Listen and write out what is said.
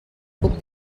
puc